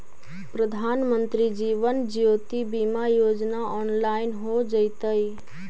प्रधानमंत्री जीवन ज्योति बीमा योजना ऑनलाइन हो जइतइ